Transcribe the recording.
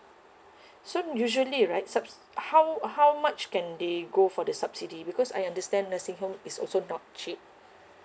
so usually right such how how much can they go for the subsidy because I understand nursing home is also not cheap